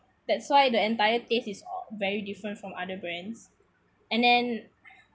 that's why the entire taste is very different from other brands and then